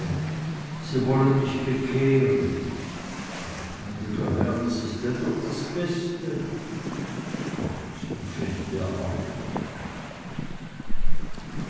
sie wollen mich bekehren aber gnäd'ger herr das is ja doch das beste gott nu fängt der auch noch an